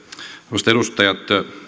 arvoisat edustajat